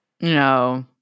No